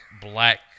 black